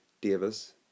Davis